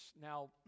Now